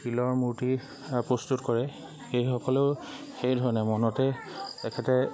শিলৰ মূৰ্তি প্ৰস্তুত কৰে এইসকলেও সেইধৰণে মনতে তেখেতে